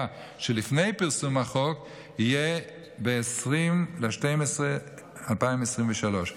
שלפני פרסום החוק יהיה ב-20 בדצמבר 2023,